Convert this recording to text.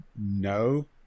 no